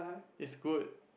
it's good